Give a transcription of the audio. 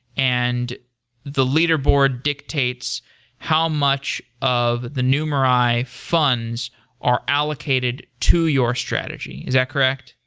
and the leaderboard dictates how much of the numerai funds are allocated to your strategy. is that correct?